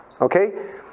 Okay